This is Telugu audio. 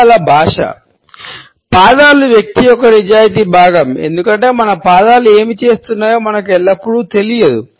పాదాల భాష పాదాలు వ్యక్తి యొక్క నిజాయితీ భాగం ఎందుకంటే మన పాదాలు ఏమి చేస్తున్నాయో మనకు ఎల్లప్పుడూ తెలియదు